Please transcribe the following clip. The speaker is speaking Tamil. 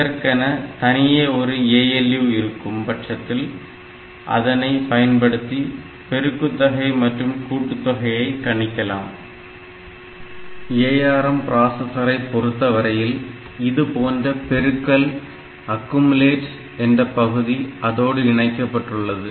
இதற்கென தனியே ஒரு ALU இருக்கும் பட்சத்தில் அதனை பயன்படுத்தி பெருக்குத் தொகை மற்றும் கூட்டுத்தொகையை கணக்கிடலாம் ARM பிராசஸரை பொறுத்தவரையில் இதுபோன்ற பெருக்கல் அக்குமுலேட் என்ற பகுதி அதோடு இணைக்கப்பட்டுள்ளது